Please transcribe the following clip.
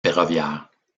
ferroviaires